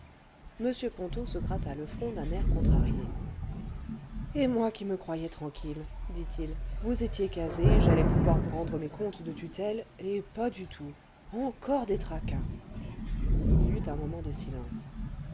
m ponto se gratta le front d'un air contrarié ce et moi qui me croyais tranquille dit-il vous étiez casée j'allais pouvoir vous rendre mes comptes de tutelle et pas du tout encore des tracas il y eut un moment de silence